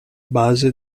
base